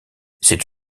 c’est